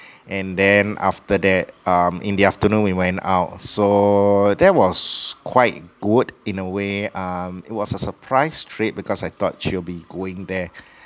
and then after that um in the afternoon we went out so that was quite good in a way um it was a surprise trip because I thought she'll be going there